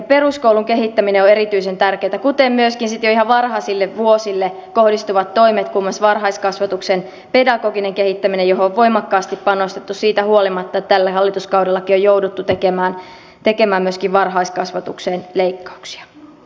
peruskoulun kehittäminen on erityisen tärkeätä kuten myöskin sitten jo ihan varhaisille vuosille kohdistuvat toimet kuten muun muassa varhaiskasvatuksen pedagoginen kehittäminen johon on voimakkaasti panostettu siitä huolimatta että tällä hallituskaudellakin on jouduttu tekemään myöskin varhaiskasvatukseen leikkauksia